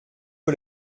peu